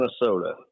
Minnesota